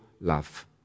love